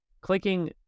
clicking